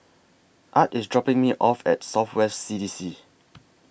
Art IS dropping Me off At South West C D C